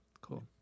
cool